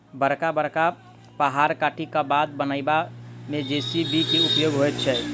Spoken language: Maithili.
बड़का बड़का पहाड़ काटि क बाट बनयबा मे जे.सी.बी के उपयोग होइत छै